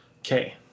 okay